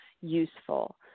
useful